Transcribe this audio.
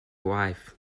wife